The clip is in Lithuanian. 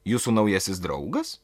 jūsų naujasis draugas